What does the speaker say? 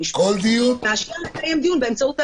משפט מאשר לקיים דיון באמצעות טלפון.